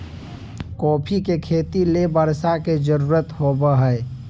coffee के खेती ले बर्षा के जरुरत होबो हइ